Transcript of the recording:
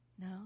No